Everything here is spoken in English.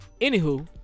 Anywho